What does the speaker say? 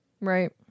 right